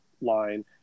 line